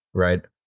right?